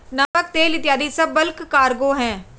नमक, तेल इत्यादी सब बल्क कार्गो हैं